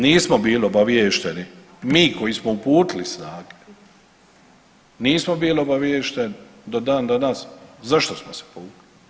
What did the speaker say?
Nismo bili obavješteni mi koji smo uputili snage, nismo bili obavješteni do dan danas zašto smo se povukli.